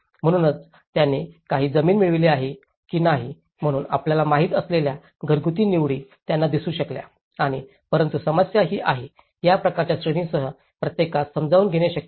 म्हणूनच त्यांनी काही जमीन मिळविली आहे की नाही म्हणूनच आपल्याला माहित असलेल्या घरगुती निवडी त्यांना दिसू शकल्या आणि परंतु समस्या ही आहे या प्रकारच्या श्रेणींसह प्रत्येकास सामावून घेणे शक्य नाही